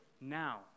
now